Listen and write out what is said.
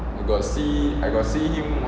I got see I got see him